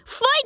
Fight